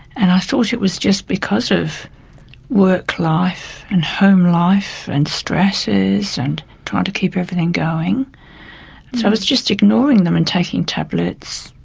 and i thought it was just because of work life and home life and stresses and trying to keep everything going, so i was just ignoring them and taking tablets,